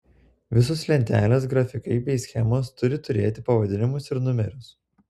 visos lentelės grafikai bei schemos turi turėti pavadinimus ir numerius